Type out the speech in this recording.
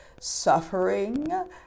suffering